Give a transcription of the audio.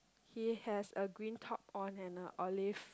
he has a green top on and a olive